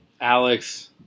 Alex